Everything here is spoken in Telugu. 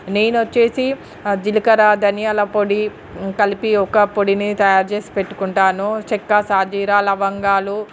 నేను వచ్చేసి జీలకర్ర ధనియాల పొడి కలిపి ఒక పొడిని తయారు చేసి పెట్టుకుంటాను చెక్క సాజీరా లవంగాలు